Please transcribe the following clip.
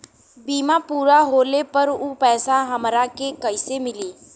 बीमा पूरा होले पर उ पैसा हमरा के कईसे मिली?